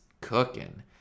cooking